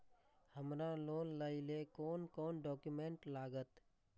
हमरा लोन लाइले कोन कोन डॉक्यूमेंट लागत?